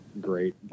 great